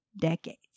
decades